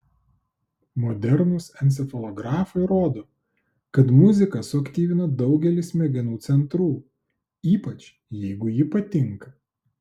modernūs encefalografai rodo kad muzika suaktyvina daugelį smegenų centrų ypač jeigu ji patinka